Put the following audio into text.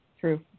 True